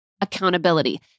accountability